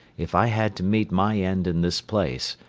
if i had to meet my end in this place,